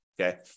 okay